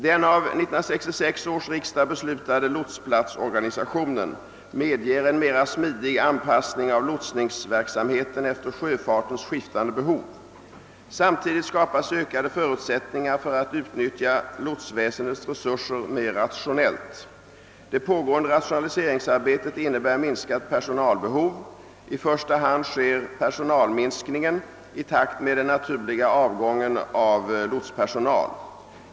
Den av 1966 års riksdag beslutade lotsplatsorganisationen medger en mera smidig anpassning av lotsningsverksamheten efter sjöfartens skiftande behov. Samtidigt skapas ökade förutsättningar för att utnyttja lotsväsendets resurser mer rationellt. Det pågående rationaliseringsarbetet innebär minskat personalbehov. I första hand sker personalminskningen i takt med den naturliga avgången av lotspersonal.